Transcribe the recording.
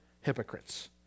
hypocrites